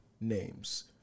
Names